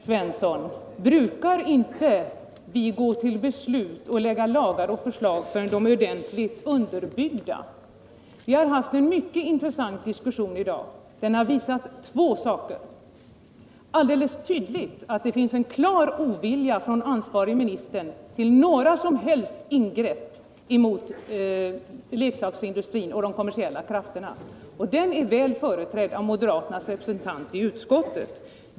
Herr talman! Det är riktigt, herr Svensson, att vi inte brukar framlägga förslag till lagar och gå till beslut förrän de är ordentligt underbyggda. Vi har haft en mycket intressant diskussion i dag. Den har alldeles tydligt visat att det finns en klar ovilja hos den ansvarige ministern att företa några som helst ingrepp mot leksaksindustrin och de kommersiella krafterna. Den linjen är väl företrädd av moderaternas representant i utskottet.